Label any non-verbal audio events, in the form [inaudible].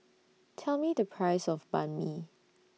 Tell Me The Price of Banh MI [noise]